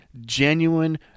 genuine